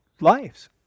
lives